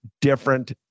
different